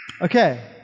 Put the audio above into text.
Okay